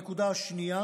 הנקודה השנייה